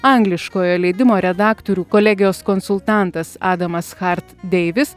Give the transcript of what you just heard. angliškojo leidimo redaktorių kolegijos konsultantas adamas hart deivis